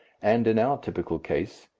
and in our typical case,